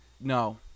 no